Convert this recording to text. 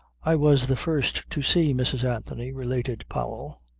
i was the first to see mrs. anthony, related powell,